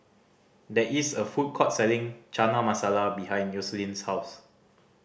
there is a food court selling Chana Masala behind Yoselin's house